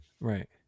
Right